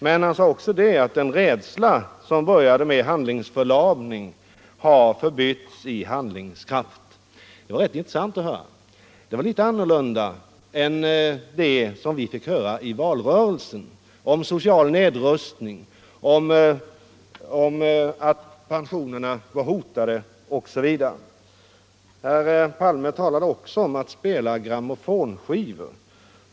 Men han sade också att det rådslag som började med handlingsförlamning har förbytts i handlingskraft. Det var rätt intressant att höra detta; det var litet annorlunda än vad vi fick höra i valrörelsen om social nedrustning, om att pensionerna var hotade osv. Herr Palme talade också om att spela grammofonskivor.